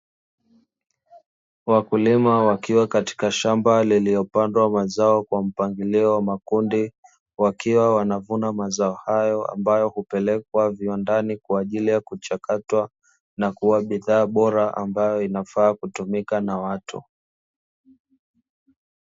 Wakulima wakiwa katika shamba liliopandwa mazao kwa mpangilio wa makundi, wakiwa wanavuna mazao hayo ambayo hupelekwa viwandani kwa ajili ya kuchakatwa na kuwa bidhaa bora ambayo inafaa kutumika na watu.